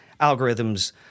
algorithms